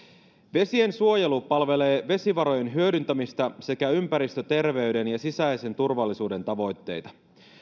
vesiensuojelu palvelee vesivarojen hyödyntämistä sekä ympäristöterveyden ja sisäisen turvallisuuden tavoitteita